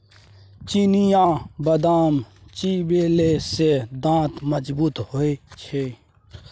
चिनियाबदाम चिबेले सँ दांत मजगूत होए छै